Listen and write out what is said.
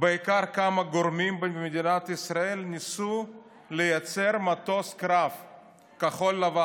בעיקר כמה גורמים במדינת ישראל ניסו לייצר מטוס קרב כחול-לבן.